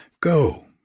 Go